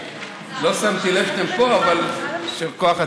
לא שמתי לב שאתם פה, אבל יישר כוח עצום.